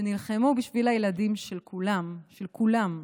שנלחמו בשביל הילדים של כולם, של כולם.